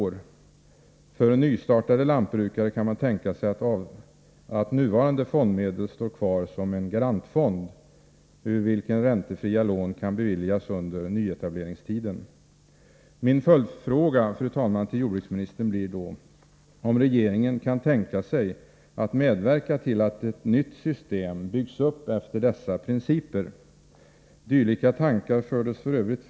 För lantbrukare som nyligen startat sin verksamhet kan man tänka sig att nuvarande fondmedel står kvar som en garantfond ur vilken räntefria lån kan beviljas under nyetableringstiden. Fru talman! Min följdfråga till jordbruksministern blir om regeringen kan tänka sig att medverka till att ett nytt system byggs upp efter dessa principer. Dylika tankar fördes f.ö.